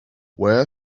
where